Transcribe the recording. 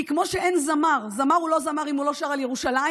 כי כמו שזמר הוא לא זמר אם הוא לא שר על ירושלים,